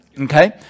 Okay